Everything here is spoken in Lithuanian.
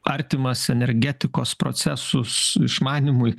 artimas energetikos procesus išmanymui